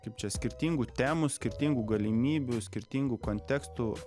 kaip čia skirtingų temų skirtingų galimybių skirtingų kontekstų